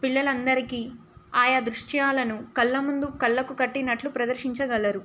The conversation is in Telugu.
పిల్లలందరికీ ఆయా దృశ్యాలను కళ్ళ ముందు కళ్ళకు కట్టినట్లు ప్రదర్శించగలరు